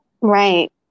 Right